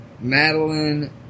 Madeline